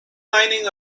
mining